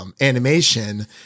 Animation